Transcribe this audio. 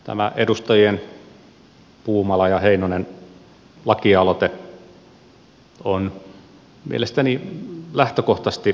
tämä edustajien puumala ja heinonen lakialoite on mielestäni lähtökohtaisesti aivan hyvä